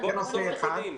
זה נושא אחד.